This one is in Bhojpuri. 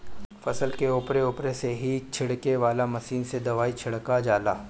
फसल के उपरे उपरे से ही छिड़के वाला मशीन से दवाई छिड़का जाला